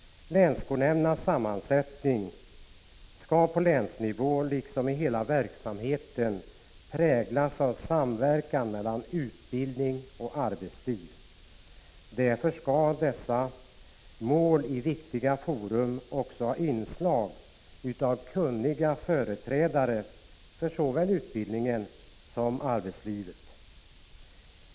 Länsskolnämndernas sammansättning skall på länsnivå, liksom i hela verksamheten, präglas av samverkan mellan utbildning och arbetsliv. Därför skall dessa mål i viktiga forum också ha inslag av kunniga företrädare för äl utbildning som arbetsliv.